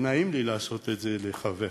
נעים לי לעשות את זה לחבר,